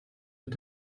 mit